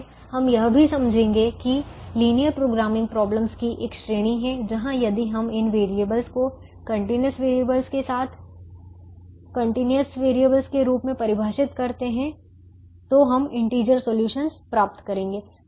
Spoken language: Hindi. लेकिन हम यह भी समझेंगे कि लिनियर प्रोग्रामिंग प्रॉब्लम्स की एक श्रेणी है जहां यदि हम इन वेरिएबलस को कंटीन्यूअस वेरिएबलस के रूप में परिभाषित करते हैं तो हम इंटीजर सॉल्यूशनस प्राप्त करेंगे